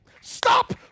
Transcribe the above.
Stop